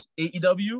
AEW